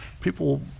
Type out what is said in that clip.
People